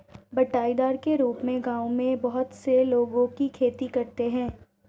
बँटाईदार के रूप में गाँवों में बहुत से लोगों की खेती करते हैं